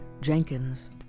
Jenkins